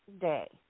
day